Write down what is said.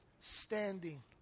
standing